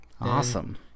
awesome